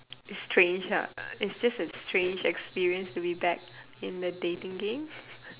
it's strange ha it's just a strange experience to be back in the dating game